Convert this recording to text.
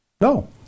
No